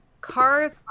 cars